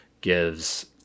gives